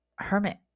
hermit